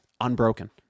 unbroken